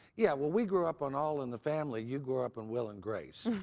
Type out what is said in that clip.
yeah, well we grew up on all in the family, you grew up on will and grace.